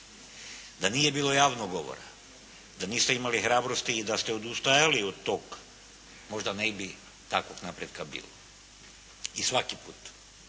Da nije bilo javnog govora, da niste imali hrabrosti i da ste odustajali od tog, možda ne bi takvog napretka bilo. I svaki put,